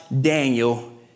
Daniel